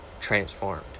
transformed